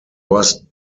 was